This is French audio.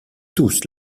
tous